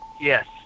Yes